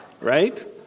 Right